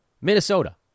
Minnesota